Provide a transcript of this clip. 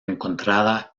encontrada